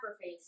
face